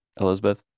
elizabeth